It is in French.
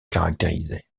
caractérisés